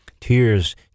tears